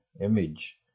image